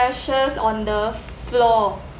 trashes on the floor